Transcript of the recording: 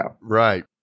Right